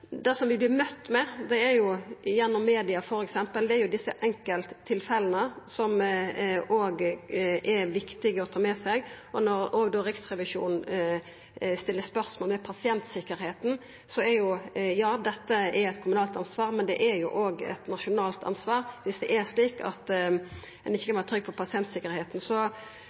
det vi vert møtte med, f.eks. gjennom media, er jo desse enkelttilfella, som òg er viktige å ta med seg. Riksrevisjonen stiller spørsmål ved pasientsikkerheita. Dette er eit kommunalt ansvar, men det er òg eit nasjonalt ansvar viss ein ikkje kan vera trygg på pasientsikkerheita. Så